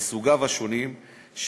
לסוגיו השונים,